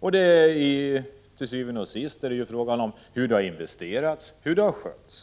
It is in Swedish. ett företag. Til syvende og sidst beror tillgång på arbetstillfällen ändå av hur företag har skötts och hur investeringarna har skett.